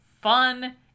fun